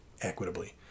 equitably